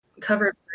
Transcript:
Covered